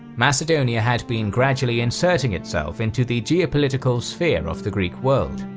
macedonia had been gradually inserting itself into the geopolitical sphere of the greek world.